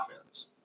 offense